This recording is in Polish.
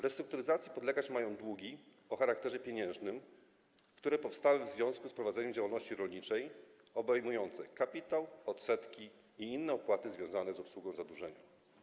Restrukturyzacji podlegać mają długi o charakterze pieniężnym, które powstały w związku z prowadzeniem działalności rolniczej, obejmujące: kapitał, odsetki i inne opłaty związane z obsługą zadłużenia.